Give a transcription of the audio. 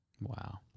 Wow